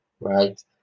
right